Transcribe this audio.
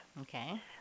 Okay